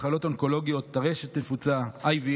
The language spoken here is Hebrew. מחלות אונקולוגיות, טרשת נפוצה, HIV,